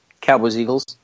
Cowboys-Eagles